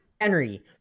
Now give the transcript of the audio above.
Henry